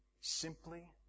Simply